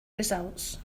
results